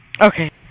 Okay